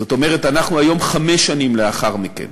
זאת אומרת, אנחנו היום חמש שנים לאחר מכן,